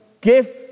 give